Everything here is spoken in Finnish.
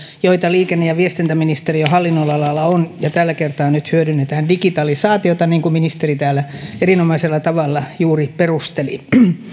joita liikenne ja viestintäministeriön hallinnonalalla on ja tällä kertaa nyt hyödynnetään digitalisaatiota niin kuin ministeri täällä erinomaisella tavalla juuri perusteli